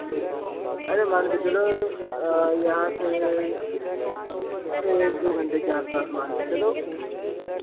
अरे मान के चलो यहाँ से अरे एक दो घंटे के आस पास मान के चलो